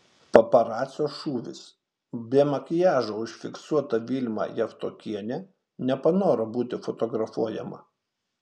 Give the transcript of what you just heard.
paparacio šūvis be makiažo užfiksuota vilma javtokienė nepanoro būti fotografuojama